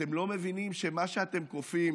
אתם לא מבינים שמה שאתם כופים,